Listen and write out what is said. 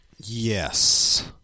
Yes